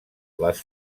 les